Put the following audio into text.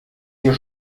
hier